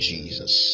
Jesus